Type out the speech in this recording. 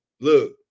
Look